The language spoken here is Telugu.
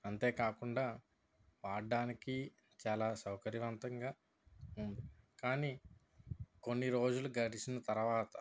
అంతేకాకుండా వాడడానికి చాలా సౌకర్యవంతంగా ఉంది కానీ కొన్నిరోజులు గడిచిన తరువాత